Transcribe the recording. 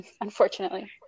unfortunately